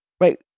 Right